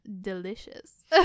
delicious